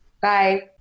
Bye